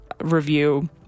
review